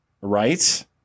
Right